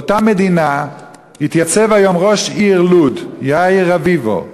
באותה מדינה התייצב היום ראש עיריית לוד יאיר רביבו,